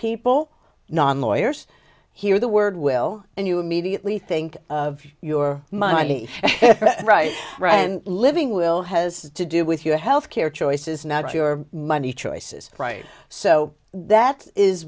people non lawyers hear the word will and you immediately think of your money right and living will has to do with your health care choices not your money choices right so that is